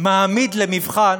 מעמיד למבחן